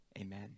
Amen